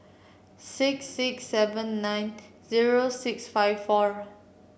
six six seven nine zero six five four